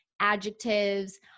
adjectives